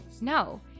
No